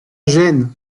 gênes